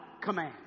command